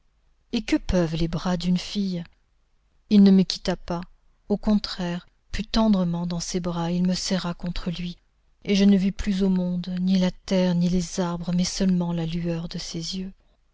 et que peuvent les bras d'une fille il ne me quitta pas au contraire plus tendrement dans ses bras il me serra contre lui et je ne vis plus au monde ni la terre ni les arbres mais seulement la lueur de ses yeux